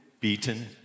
beaten